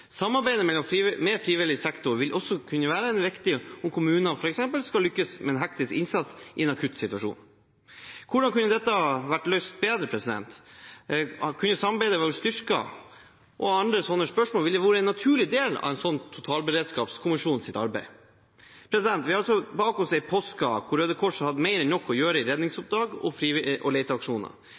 Samarbeidet med frivillig sektor vil også kunne være viktig om kommunene f.eks. skal lykkes med en hektisk innsats i en akuttsituasjon. Hvordan kunne dette vært løst bedre? Kunne samarbeidet vært styrket? Disse og andre sånne spørsmål ville vært en naturlig del av en totalberedskapskommisjons arbeid. Vi har bak oss en påske hvor Røde Kors hadde mer enn nok å gjøre i redningsoppdrag og leteaksjoner. Frivillig innsats bidrar til trygghet for alle som bruker naturen, og